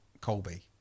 Colby